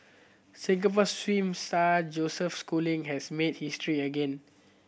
Singapore swim star Joseph Schooling has made history again